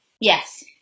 yes